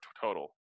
total